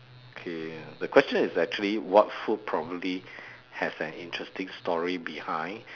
okay the question is actually what food probably has an interesting story behind